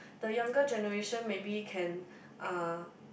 the younger generation maybe can uh